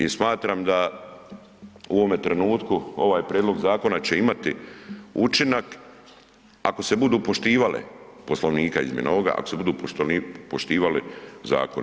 I smatram da u ovome trenutku ovaj prijedlog zakona će imati učinak ako se budu poštivale Poslovnika izmjena ovoga, ako se budu poštivali zakoni.